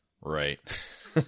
Right